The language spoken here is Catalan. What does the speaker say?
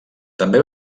també